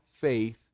faith